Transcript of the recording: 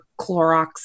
Clorox